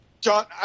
John